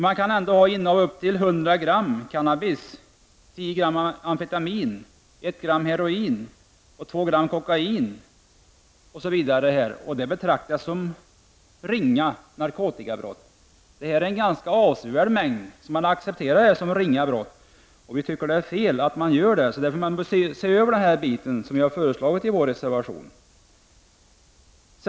Man kan ju inneha upp till 100 gram cannabis, 10 gram amfetamin, 1 gram heroin, 2 gram kokain osv., och detta betraktas ändå enbart som ringa narkotikabrott trots att det rör sig om en ganska stor mängd. Vi tycker att detta är fel. Därför bör frågan ses över i den delen, vilket vi också föreslår i en av reservationerna.